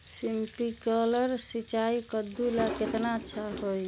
Sprinkler सिंचाई कददु ला केतना अच्छा होई?